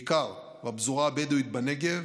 בעיקר בפזורה הבדואית בנגב